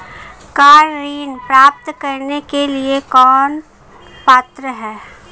Car ऋण प्राप्त करने के लिए कौन पात्र है?